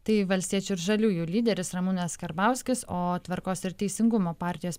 tai valstiečių ir žaliųjų lyderis ramūnas karbauskis o tvarkos ir teisingumo partijos